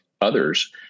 others